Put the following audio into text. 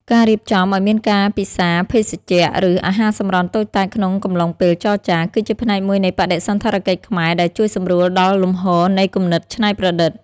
ការរៀបចំឱ្យមានការពិសាភេសជ្ជៈ ឬអាហារសម្រន់តូចតាចក្នុងកំឡុងពេលចរចា គឺជាផ្នែកមួយនៃបដិសណ្ឋារកិច្ចខ្មែរដែលជួយសម្រួលដល់លំហូរនៃគំនិតច្នៃប្រឌិត។